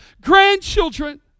grandchildren